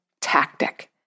tactic